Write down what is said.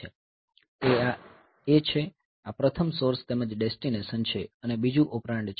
તે આ A છે આ પ્રથમ સોર્સ તેમજ ડેસ્ટિનેશન છે અને બીજું ઑપરેન્ડ છે